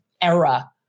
era